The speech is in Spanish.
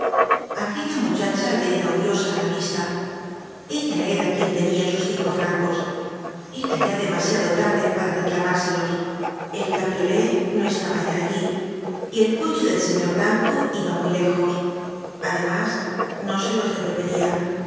aquella muchacha le era odiosa á la vista ella era quien tenia sus cinco francos era ya demasiado larde para reclamárselos el cabriolé no estaba ya allí y el coche del señor blanco iba muy lejos además no se los devolveria